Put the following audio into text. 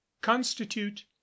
constitute